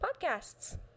podcasts